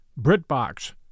BritBox